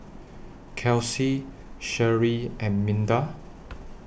Kelcie Sharee and Minda